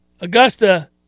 Augusta